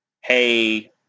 hey